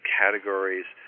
categories